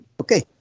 okay